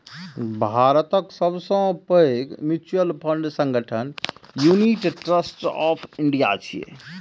भारतक सबसं पैघ म्यूचुअल फंड संगठन यूनिट ट्रस्ट ऑफ इंडिया छियै